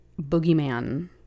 boogeyman